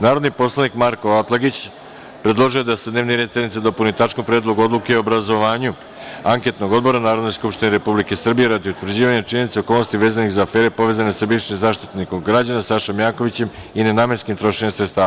Narodni poslanik Marko Atlagić predložio je da se dnevni red sednice dopuni tačkom – Predlog odluke o obrazovanju anketnog odbora Narodne skupštine Republike Srbije radi utvrđivanja činjenica i okolnosti vezanih za afere povezane sa bivšim Zaštitnikom građana Sašom Jankovićem i nenamenskim trošenjem sredstava.